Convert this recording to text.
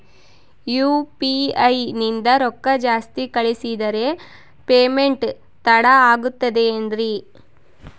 UPI ನಿಂದ ರೊಕ್ಕ ಜಾಸ್ತಿ ಕಳಿಸಿದರೆ ಪೇಮೆಂಟ್ ತಡ ಆಗುತ್ತದೆ ಎನ್ರಿ?